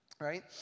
right